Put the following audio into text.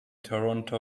toronto